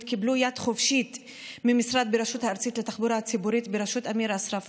קיבלו יד חופשית ממשרד ברשות הארצית לתחבורה ציבורית בראשות אמיר אסרף,